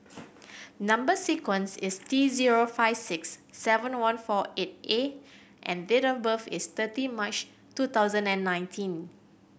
number sequence is T zero five six seven one four eight A and date of birth is thirty March two thousand and nineteen